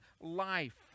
life